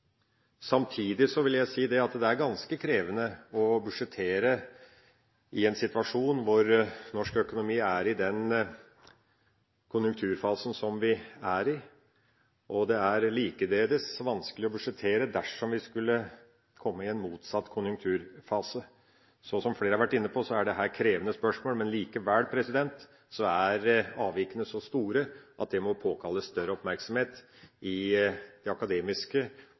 Samtidig vil jeg si at det er ganske krevende å budsjettere i en situasjon hvor norsk økonomi er i den konjunkturfasen som den er i, og det er likeledes vanskelig å budsjettere dersom vi skulle komme i en motsatt konjunkturfase. Som flere har vært inne på, er dette krevende spørsmål, men likevel er avvikene så store at det må påkalle større oppmerksomhet i det akademiske,